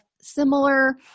similar